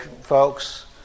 folks